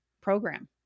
program